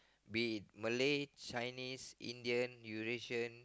be it Malay Chinese Indian Eurasian